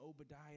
Obadiah